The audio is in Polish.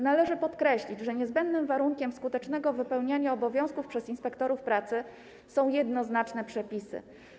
Należy podkreślić, że niezbędnym warunkiem skutecznego wypełniania obowiązków przez inspektorów pracy są jednoznaczne przepisy.